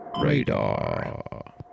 Radar